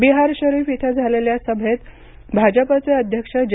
बिहार शरीफ इथं झालेल्या सभेत भाजपचे अध्यक्ष जे